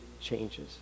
changes